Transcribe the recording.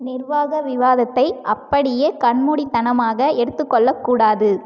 நிர்வாக விவாதத்தை அப்படியே கண்மூடித்தனமாக எடுத்துக்கொள்ள கூடாது